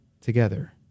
together